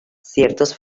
ciertos